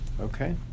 Okay